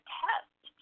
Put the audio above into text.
test